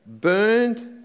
burned